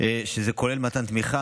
שזה כולל מתן תמיכה,